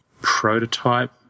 prototype